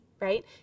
Right